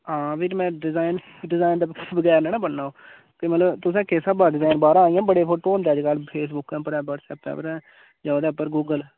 हां ते फ्ही में डिजाईन डिजाईन दे बगैर नना बनना ओह् ते मतलब तुसें किस स्हाबै दा डिजाईन बाहरा इ'यां बड़े फोटो होंदे अज्जकल फेसबुकें उप्परै व्हाट्सऐपें उप्परैं जां ओह्दे उप्पर गूगल